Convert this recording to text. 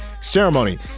ceremony